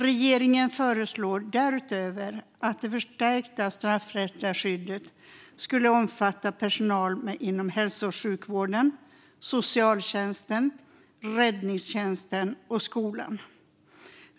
Regeringen föreslår därutöver att det förstärkta straffrättsliga skyddet ska omfatta personal inom hälso och sjukvården, socialtjänsten, räddningstjänsten och skolan.